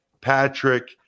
Patrick